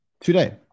today